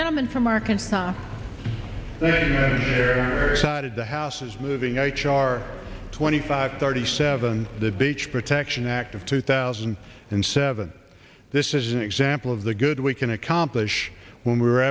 gentlemen from arkansas they started the houses moving h r twenty five thirty seven the beach protection act of two thousand and seven this is an example of the good we can accomplish when we were